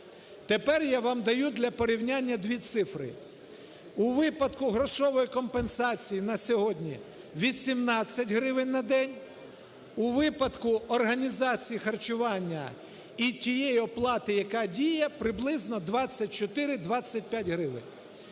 Тепер я вам даю для порівняння дві цифри. У випадку грошової компенсації на сьогодні 18 гривень на день, у випадку організації харчування і тієї оплати, яка діє, приблизно 24-25 гривень.